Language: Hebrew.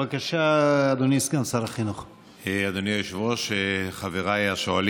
בבקשה, אדוני סגן